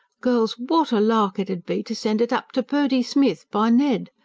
girls, what a lark it ud be to send it up to purdy smith, by ned!